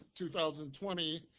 2020